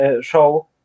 show